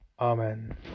Amen